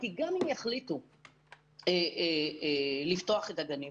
כי גם אם יחליטו לפתוח את הגנים,